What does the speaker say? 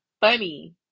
funny